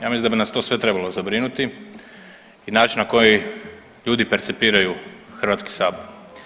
Ja mislim da bi nas to sve trebalo zabrinuti i način na koji ljudi percipiraju Hrvatski sabor.